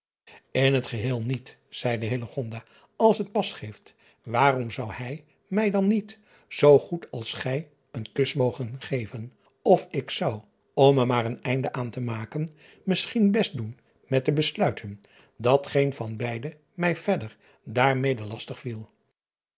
n het geheel niet zeide als het pas geeft waarom zou hij mij dan niet zoo goed als gij een kus mogen geven of ik zou om er maar een einde aan te maken misschien best doen met te besluiten dat geen van beide mij verder daar mede lastig viel